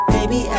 Baby